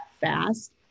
fast